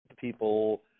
people